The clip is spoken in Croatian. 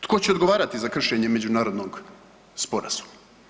Tko će odgovarati za kršenje međunarodnog sporazuma?